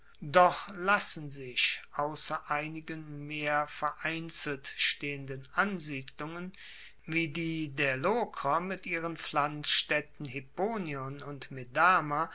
doch lassen sich ausser einigen mehr vereinzelt stehenden ansiedlungen wie die der lokrer mit ihren pflanzstaedten hipponion und